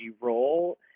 role